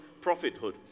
prophethood